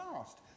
asked